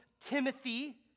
Timothy